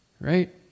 right